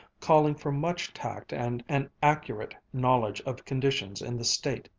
calling for much tact and an accurate knowledge of conditions in the state,